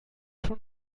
schon